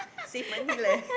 save money lah